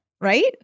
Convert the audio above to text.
Right